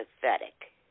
pathetic